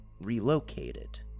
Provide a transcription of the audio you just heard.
relocated